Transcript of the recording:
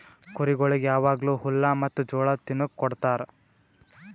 ಕುರಿಗೊಳಿಗ್ ಯಾವಾಗ್ಲೂ ಹುಲ್ಲ ಮತ್ತ್ ಜೋಳ ತಿನುಕ್ ಕೊಡ್ತಾರ